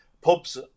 pubs